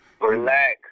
Relax